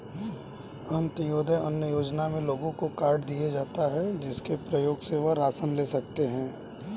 अंत्योदय अन्न योजना में लोगों को कार्ड दिए जाता है, जिसके प्रयोग से वह राशन ले सकते है